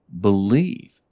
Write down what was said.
believe